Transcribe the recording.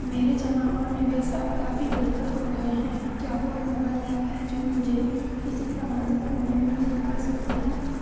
मेरे जमा और निवेश अब काफी गड़बड़ हो गए हैं क्या कोई मोबाइल ऐप है जो मुझे इसे प्रबंधित करने में मदद कर सकती है?